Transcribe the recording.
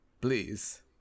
please